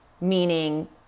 meaning